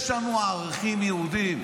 יש לנו ערכים יהודיים.